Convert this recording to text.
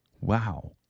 Wow